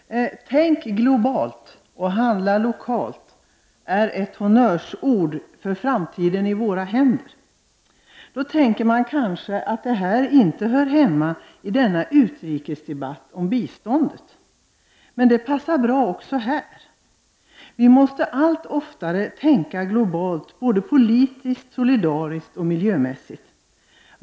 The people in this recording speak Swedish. Herr talman! Tänk globalt och handla lokalt är honnörsord för Framtiden i våra händer. Då tänker man kanske att det inte hör hemma i denna utrikesdebatt om biståndet. Men det passar faktiskt bra även i den debatten. Vi måste allt oftare tänka globalt, både politiskt, solidariskt och miljömässigt.